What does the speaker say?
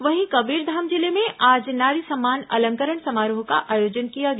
वहीं कबीरधाम जिले में आज नारी सम्मान अलंकरण समारोह का आयोजन किया गया